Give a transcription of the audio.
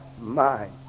mind